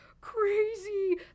crazy